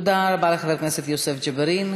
תודה רבה לחבר הכנסת יוסף ג'בארין.